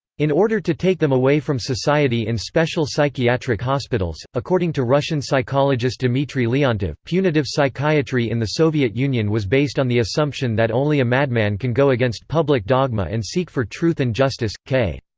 in order to take them away from society in special psychiatric hospitals according to russian psychologist dmitry leontev, punitive psychiatry in the soviet union was based on the assumption that only a madman can go against public dogma and seek for truth and justice k.